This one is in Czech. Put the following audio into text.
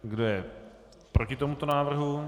Kdo je proti tomuto návrhu?